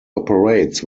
operates